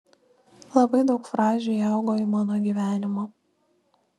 labai daug frazių įaugo į mano gyvenimą